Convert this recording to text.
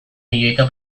milioika